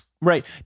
Right